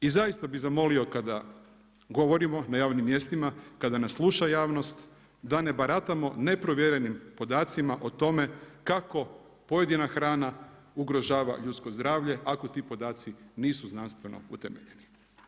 I zaista bi zamolio kada govorimo na javnim mjestima, kada nas sluša javnost da ne baratamo neprovjerenim podacima o tome kako pojedina hrana ugrožava ljudsko zdravlje ako ti podaci nisu znanstveno utemeljeni.